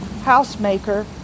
housemaker